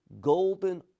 golden